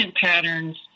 patterns